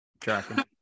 Tracking